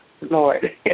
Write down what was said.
Lord